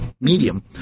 Medium